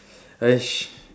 !hais!